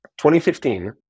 2015